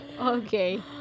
okay